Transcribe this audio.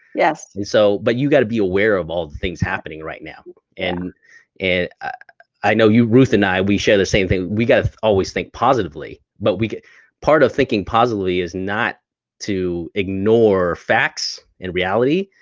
yeah and so but you got to be aware of all the things happening right now. and and i know you, ruth and i, we share the same thing, we got to always think positively, but part of thinking positively is not to ignore facts and reality,